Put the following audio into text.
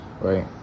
right